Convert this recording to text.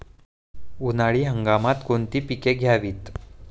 उन्हाळी हंगामात कोणती पिके घ्यावीत?